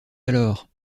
alors